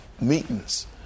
meetings